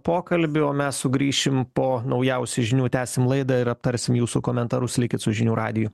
pokalbį o mes sugrįšim po naujausių žinių tęsim laidą ir aptarsim jūsų komentarus likit su žinių radiju